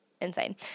Insane